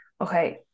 okay